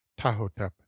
Tahotep